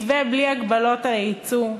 מתווה בלי הגבלות היצוא,